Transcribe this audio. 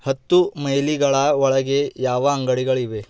ಹತ್ತು ಮೈಲಿಗಳ ಒಳಗೆ ಯಾವ ಅಂಗಡಿಗಳಿವೆ